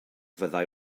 fyddai